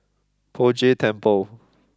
Poh Jay Temple